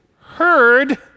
heard